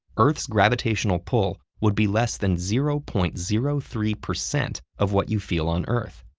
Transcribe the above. earth's gravitational pull would be less than zero point zero three percent of what you feel on earth.